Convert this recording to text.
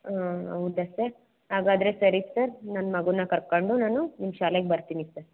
ಹಾಂ ಹೌದ ಸರ್ ಹಾಗಾದರೆ ಸರಿ ಸರ್ ನನ್ನ ಮಗನ್ನ ಕರ್ಕೊಂಡು ನಾನು ನಿಮ್ಮ ಶಾಲೆಗೆ ಬರ್ತೀನಿ ಸರ್